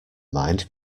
mind